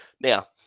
Now